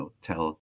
tell